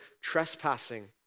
trespassing